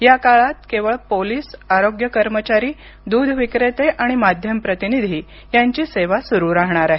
या काळात केवळ पोलिस आरोग्य कर्मचारी दूध विक्रेते आणि माध्यम प्रतिनिधी यांची सेवा सुरू राहणार आहे